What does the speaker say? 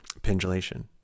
pendulation